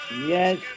Yes